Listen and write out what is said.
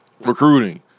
recruiting